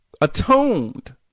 atoned